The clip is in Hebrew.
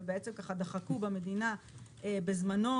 ודחקו במדינה בזמנו.